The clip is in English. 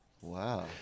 Wow